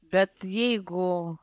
bet jeigu